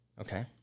Okay